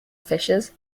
fishers